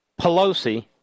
Pelosi